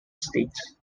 states